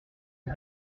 dix